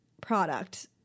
product